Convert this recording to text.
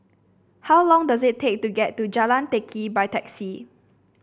how long does it take to get to Jalan Teck Kee by taxi